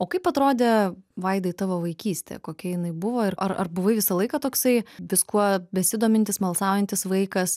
o kaip atrodė vaidai tavo vaikystė kokia jinai buvo ir ar ar buvai visą laiką toksai viskuo besidomintis smalsaujantis vaikas